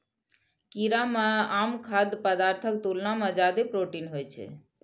कीड़ा मे आम खाद्य पदार्थक तुलना मे जादे प्रोटीन होइ छै